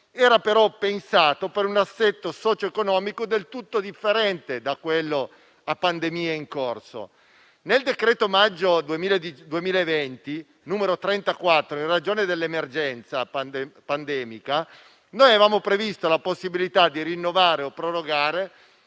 era però pensato per un assetto socio-economico del tutto differente da quello a pandemia in corso. Nel decreto n. 34 del maggio 2020, in ragione dell'emergenza pandemica, avevamo previsto la possibilità di rinnovare o prorogare